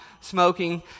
smoking